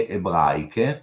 ebraiche